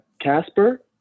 Casper